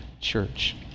church